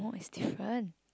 it's different